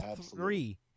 three